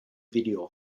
video